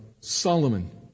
Solomon